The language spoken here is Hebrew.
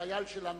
החייל שלנו,